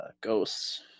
Ghosts